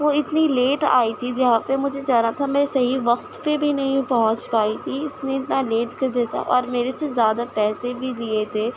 وہ اتنی لیٹ آئی تھی جہاں پہ مجھے جانا تھا میں صحیح وقت پہ بھی نہیں پہنچ پائی تھی اُس نے اتنا لیٹ کر دیا تھا اور میرے سے زیادہ پیسے بھی لیے تھے